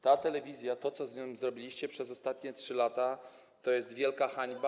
Ta telewizja, to co z nią zrobiliście przez ostatnie 3 lata, to jest wielka hańba.